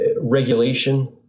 regulation